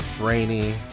rainy